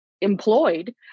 employed